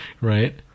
right